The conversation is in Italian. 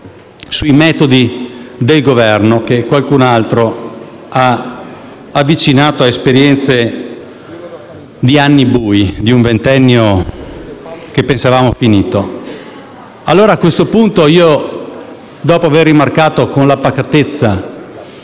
sui metodi del Governo, che qualcun altro ha avvicinato ad esperienze di anni bui, di un ventennio che pensavamo finito, fossero separate. A questo punto allora, dopo avere rimarcato con la pacatezza